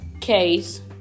case